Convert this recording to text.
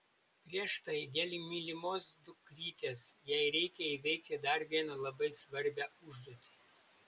prieš tai dėl mylimos dukrytės jai reikia įveikti dar vieną labai svarbią užduotį